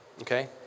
Okay